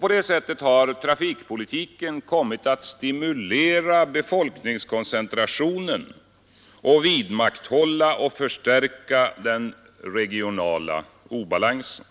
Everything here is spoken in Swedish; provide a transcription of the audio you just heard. På detta sätt har trafikpolitiken kommit att stimulera befolkningskoncentrationen och vidmakthålla och förstärka den regionala obalansen.